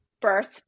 birth